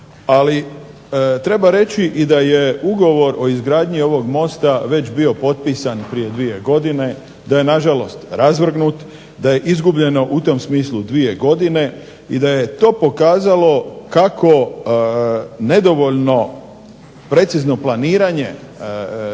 Ali treba reći i da je ugovor o izgradnji ovog mosta već bio potpisan prije dvije godine, da je nažalost razvrgnut, da je izgubljeno u tom smislu dvije godine i da je to pokazalo kako nedovoljno precizno planiranje